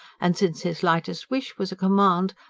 and since his lightest wish was a command,